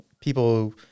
people